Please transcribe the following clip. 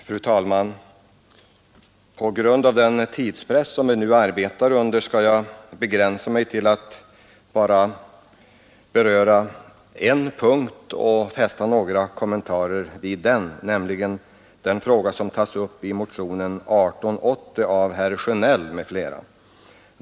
Fru talman! På grund av den tidspress som vi nu arbetar under skall jag begränsa mig till att bara något kommentera en punkt, nämligen i anledning av motionen 1880 av herr Sjönell m.fl.